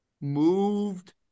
moved